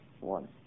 one